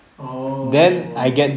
oh